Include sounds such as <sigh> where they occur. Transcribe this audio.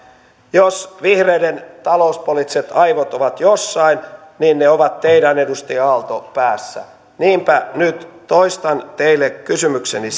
jos vihreiden talouspoliittiset aivot ovat jossain niin ne ovat teidän edustaja aalto päässänne niinpä nyt toistan teille kysymykseni <unintelligible>